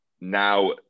now